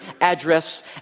address